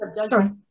Sorry